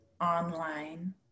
online